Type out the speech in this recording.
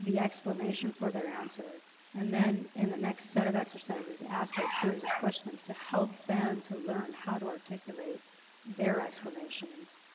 the explanation for their answer and then, in the next set of exercises, ask a series of questions to help them to learn how to articulate their explanations.